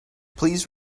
please